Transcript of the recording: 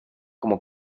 como